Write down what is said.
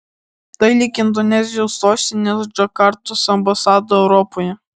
tai lyg indonezijos sostinės džakartos ambasada europoje